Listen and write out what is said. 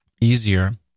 Easier